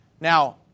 Now